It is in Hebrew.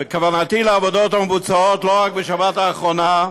וכוונתי לעבודות המבוצעות לא רק בשבת האחרונה,